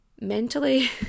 mentally